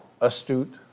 astute